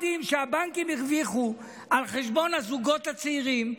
הבנקים הרוויחו מיליארדים על חשבון הזוגות הצעירים,